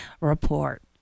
report